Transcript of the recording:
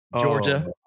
Georgia